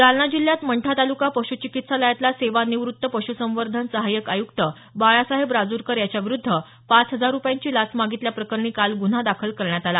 जालना जिल्ह्यात मंठा तालुका पशुचिकित्सालयातला सेवानिवृत्त पशुसंवर्धन सहायक आयुक्त बाळासाहेब राजूरकर याच्याविरुध्द पाच हजार रूपयांची लाच मागितल्याप्रकरणी काल गुन्हा दाखल करण्यात आला